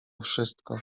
wszystko